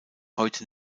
heute